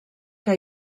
que